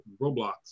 Roblox